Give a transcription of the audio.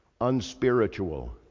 unspiritual